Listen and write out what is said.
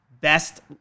Best